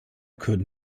could